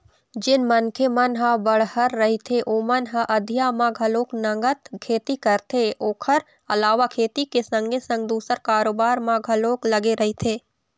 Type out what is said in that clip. जेन मनखे मन ह बड़हर रहिथे ओमन ह अधिया म घलोक नंगत खेती करथे ओखर अलावा खेती के संगे संग दूसर कारोबार म घलोक लगे रहिथे